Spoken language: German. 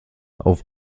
auf